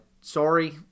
sorry